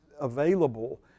available